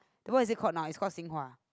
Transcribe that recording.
what is it called now it's called Xing-Hua